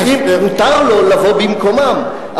מותר לו לבוא במקומם,